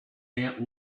aunt